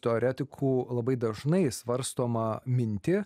teoretikų labai dažnai svarstomą mintį